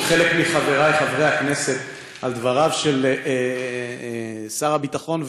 של חלק מחברי חברי הכנסת פה על דבריו של שר הביטחון,